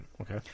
Okay